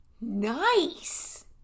Nice